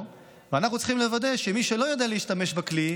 ואנחנו צריכים לוודא שמי שלא יודע להשתמש בכלי,